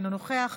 אינה נוכחת,